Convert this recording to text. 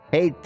Hey